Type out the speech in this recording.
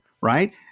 right